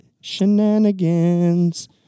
shenanigans